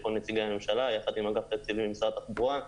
של כל נציגי הממשלה יחד עם אגף התקציבים ומשרד התחבורה.